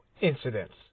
incidents